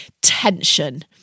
tension